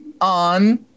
on